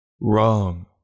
Wrong